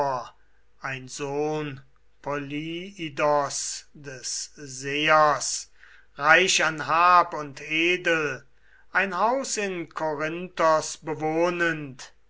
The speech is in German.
ein sohn polyidos des sehers reich an hab und edel ein haus in korinthos bewohnend